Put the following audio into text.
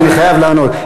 אז אני חייב לענות.